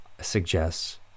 suggests